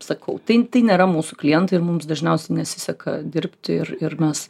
sakau tai tai nėra mūsų klientai ir mums dažniausiai nesiseka dirbti ir ir mes